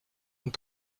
und